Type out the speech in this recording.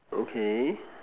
okay